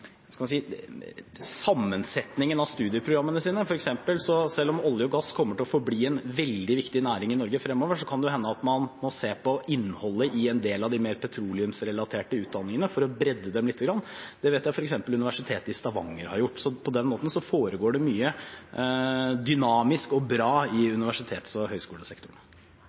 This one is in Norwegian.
gass kommer til å forbli en veldig viktig næring i Norge fremover, kan det jo hende at man må se på innholdet i en del av de mer petroleumsrelaterte utdanningene for å bredde dem lite grann. Det vet jeg f.eks. Universitetet i Stavanger har gjort. På den måten foregår det mye dynamisk og bra i universitets- og høyskolesektoren.